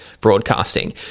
broadcasting